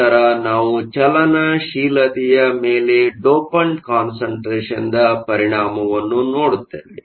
ನಂತರ ನಾವು ಚಲನಶೀಲತೆಯ ಮೇಲೆ ಡೋಪಂಟ್ ಕಾನ್ಸಂಟ್ರೇಷನ್ದ ಪರಿಣಾಮವನ್ನು ನೋಡುತ್ತೇವೆ